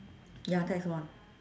ya tax one